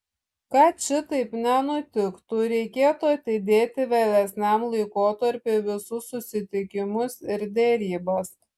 kad šitaip nenutiktų reikėtų atidėti vėlesniam laikotarpiui visus susitikimus ir derybas